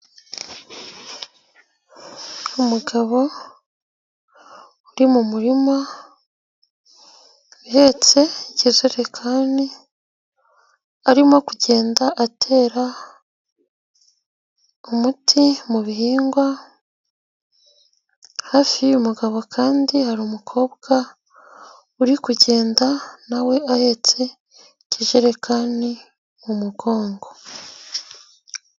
Umugabo uri mu murima uhetse kiijerekani arimo kugenda atera umuti mu bihingwa, hafi y'uyu mugabo kandi, hari umukobwa uri kugenda nawe ahetse ikijerekani mu mugongo.